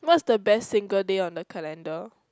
what's the best single day on the calender